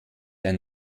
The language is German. ein